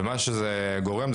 ומה שזה גורם,